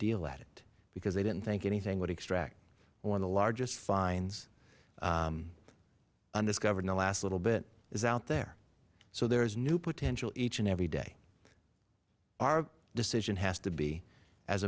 of it because they didn't think anything would extract one of the largest finds discovered in the last little bit is out there so there's new potential each and every day our decision has to be as